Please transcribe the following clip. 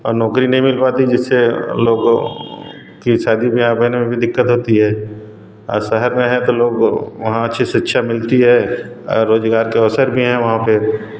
और नौकरी नहीं मिल पाती जिससे लोग को की शादी ब्याह बेन में भी दिक्कत होती है और शहर में हो तो लोग वहाँ अच्छी शिक्षा मिलती है और रोज़गार के अवसर भी हैं वहाँ पर